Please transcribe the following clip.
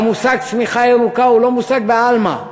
והמושג צמיחה ירוקה הוא לא מושג בעלמא.